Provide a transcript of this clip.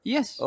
Yes